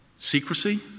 Secrecy